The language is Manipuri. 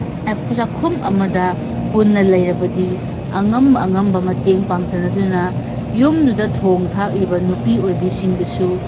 ꯆꯥꯛꯈꯨꯝ ꯑꯃꯗ ꯄꯨꯟꯅ ꯂꯩꯔꯕꯗꯤ ꯑꯉꯝ ꯑꯉꯝꯕ ꯃꯇꯦꯡ ꯄꯥꯡꯁꯤꯟꯅꯗꯨꯅ ꯌꯨꯝꯗꯨꯗ ꯊꯣꯡ ꯊꯥꯛꯂꯤꯕ ꯅꯨꯄꯤ ꯑꯣꯏꯕꯤꯁꯤꯡꯗꯁꯨ